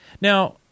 Now